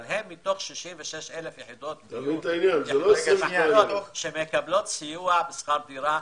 אבל הם מתוך 66,000 יחידות שמקבלות סיוע בשכר דירה,